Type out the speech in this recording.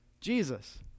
Jesus